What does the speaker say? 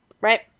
Right